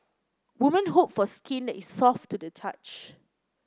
women hope for skin that is soft to the touch